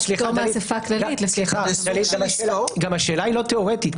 גם השאלה היא לא תיאורטית.